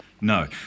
No